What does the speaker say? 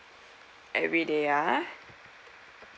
every day ah